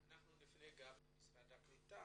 אנחנו נפנה גם למשרד הקליטה